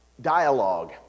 dialogue